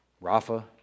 Rafa